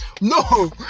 No